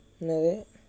என்னது:ennathu